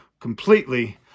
completely